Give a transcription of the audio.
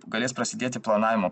galės prasidėti planavimo